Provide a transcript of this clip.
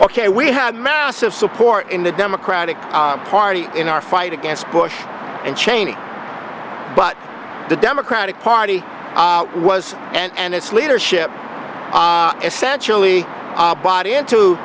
ok we had a massive support in the democratic party in our fight against bush and cheney but the democratic party was and its leadership essentially a body